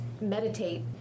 meditate